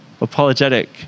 apologetic